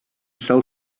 sell